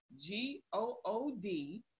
G-O-O-D